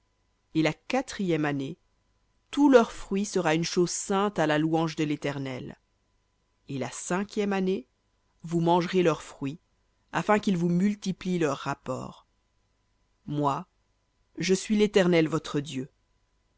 et la quatrième année tout leur fruit sera une chose sainte à la louange de léternel et la cinquième année vous mangerez leur fruit afin qu'ils vous multiplient leur rapport moi je suis l'éternel votre dieu